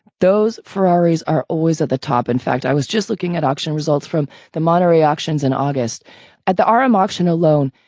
those ferraris are always at the top, in fact. i was just looking at auction results from the monterrey auctions in august at the ahram auction alone,